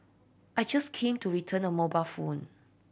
I just came to return a mobile phone